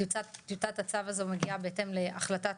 טיוטת הצו הזה מגיעה בהתאם להחלטת